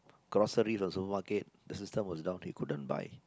groceries also market the system was down he couldn't buy